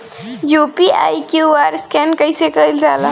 UPI QR scan कइसे कईल जा ला?